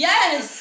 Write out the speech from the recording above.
Yes